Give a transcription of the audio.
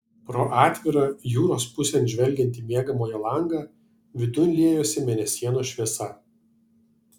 pro atvirą jūros pusėn žvelgiantį miegamojo langą vidun liejosi mėnesienos šviesa